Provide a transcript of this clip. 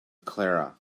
clara